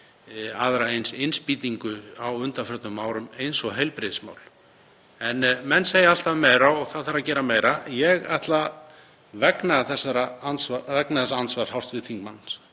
aðra eins innspýtingu á undanförnum árum og heilbrigðismál. En menn segja alltaf meira og það þarf alltaf að gera meira. Ég ætla, vegna þessara andsvara hv. þingmanns,